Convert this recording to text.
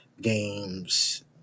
games